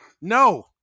No